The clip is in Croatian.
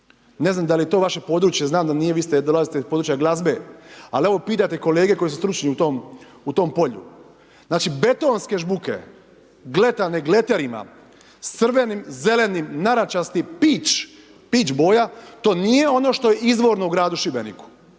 Ne znam da li je to vaše područje. Znam da nije, vi dolazite iz područja glazbe. Ali evo, pitajte kolege koji su stručni u tom polju. Znači, betonske žbuke gletane gleterima s crvenim, zelenim, narandžastim, peach boja, to nije ono što je izvorno u gradu Šibeniku.